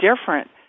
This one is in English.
different